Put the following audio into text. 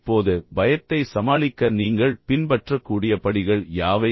இப்போது பயத்தை சமாளிக்க நீங்கள் பின்பற்றக்கூடிய படிகள் யாவை